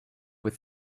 with